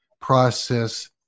process